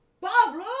Pablo